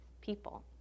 people